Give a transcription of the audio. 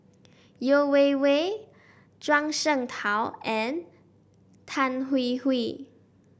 Yeo Wei Wei Zhuang Shengtao and Tan Hwee Hwee